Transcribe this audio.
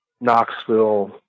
Knoxville